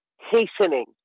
hastening